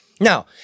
Now